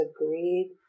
agreed